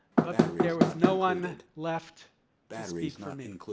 but there was no one left to speak for me.